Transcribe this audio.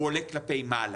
הוא עולה כלפי מעלה.